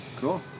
cool